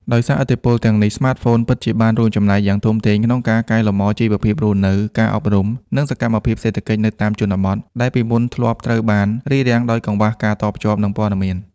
ដោយសារឥទ្ធិពលទាំងនេះ ស្មាតហ្វូនពិតជាបានរួមចំណែកយ៉ាងធំធេងក្នុងការកែលម្អជីវភាពរស់នៅ ការអប់រំ និងសកម្មភាពសេដ្ឋកិច្ចនៅតាមជនបទ ដែលពីមុនធ្លាប់ត្រូវបានរារាំងដោយកង្វះការតភ្ជាប់ និងព័ត៌មាន។